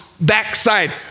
backside